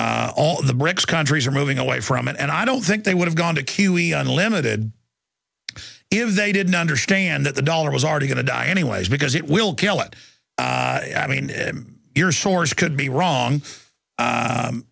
all the brics countries are moving away from it and i don't think they would have gone to q e unlimited if they didn't understand that the dollar was already going to die anyways because it will kill it i mean here's george could be wrong